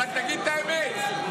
אבל תגיד את האמת,